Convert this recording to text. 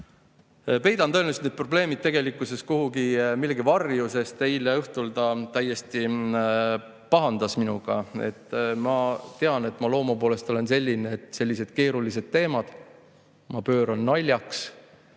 peidan tõenäoliselt need probleemid tegelikkuses kuhugi millegi varju, siis eile õhtul ta täiesti pahandas minuga. Ma tean, et ma loomu poolest olen selline, et pööran keerulised teemad naljaks.